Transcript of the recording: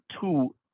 two